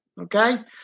okay